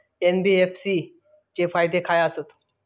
NBFC चे फायदे खाय आसत?